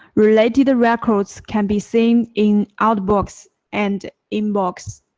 related records can be seen in outbox and inbox.